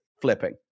Flipping